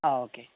ആ ഓക്കെ